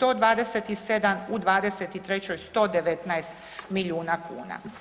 127, u '23. 119 milijuna kuna.